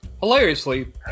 hilariously